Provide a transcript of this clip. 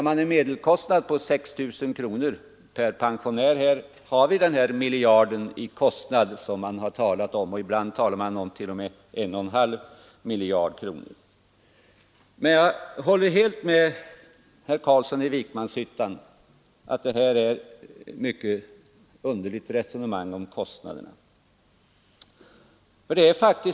Med en medelkostnad på 6 000 kronor per pensionär har vi alltså den kostnad på 1 miljard kronor som har nämnts; ibland har man t.o.m. talat om en och en halv miljard kronor. Jag håller helt med herr Carlsson i Vikmanshyttan om att detta resonemang om kostnaderna är mycket underligt.